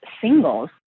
singles